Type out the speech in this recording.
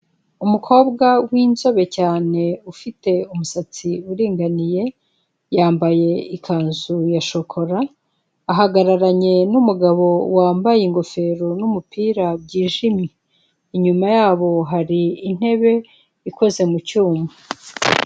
Umukobwa winzobe cyane ufite umusatsi uringaniye, yambaye ikanzu ya shokora ahagararanye n'umugabo wambaye ingofero n'umupira byijimye, inyuma yabo hari intebe ikoze mu cyuma.